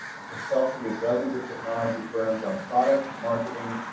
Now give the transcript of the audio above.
and consulted with dozens of technology firms on product, marketing,